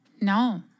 No